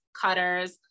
cutters